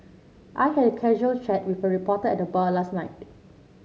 I had casual chat with a reporter at the bar last night